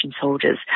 soldiers